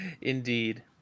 Indeed